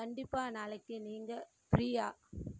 கண்டிப்பாக நாளைக்கு நீங்கள் ஃப்ரீயா